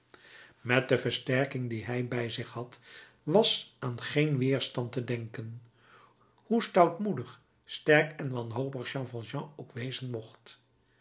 met de versterking die hij bij zich had was aan geen wederstand te denken hoe stoutmoedig sterk en wanhopig jean valjean ook wezen mocht